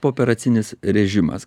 pooperacinis režimas